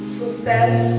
profess